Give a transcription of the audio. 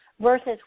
versus